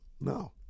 no